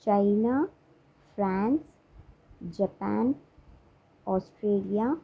China France Japan Australia